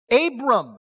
Abram